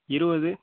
இருபது